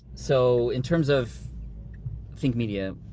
so in terms of think media,